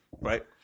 Right